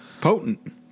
Potent